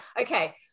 Okay